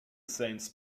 saints